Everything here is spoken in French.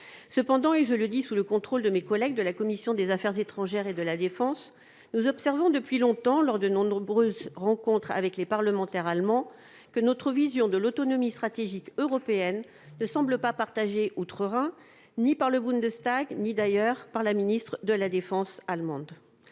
Néanmoins- je le dis sous le contrôle de mes collègues de la commission des affaires étrangères, de la défense et des forces armées -, nous observons depuis longtemps, lors de nos nombreuses rencontres avec les parlementaires allemands, que notre vision de l'autonomie stratégique européenne ne semble pas partagée outre-Rhin, ni par le Bundestag ni, d'ailleurs, par la ministre allemande